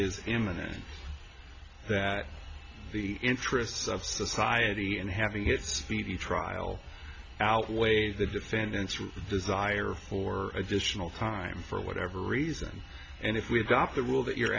is imminent that the interests of society and having its speedy trial outweighs the defendant's desire for additional time for whatever reason and if we adopt the rule that you're